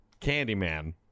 Candyman